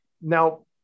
Now